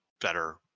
better